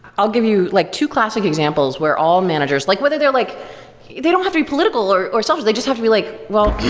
i'll give you like two classic examples where all managers like whether they're like they don't have to be political ourselves. they just have to be like well,